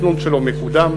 התכנון שלו מקודם.